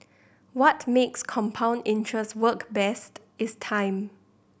what makes compound interest work best is time